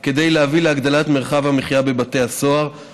שנייה ולקריאה שלישית את הצעת חוק לתיקון פקודת בתי הסוהר (מס'